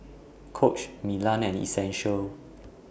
Coach Milan and Essential